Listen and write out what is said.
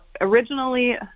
originally